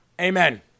Amen